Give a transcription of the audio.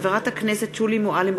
מזרחי, איציק שמולי,